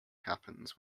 happens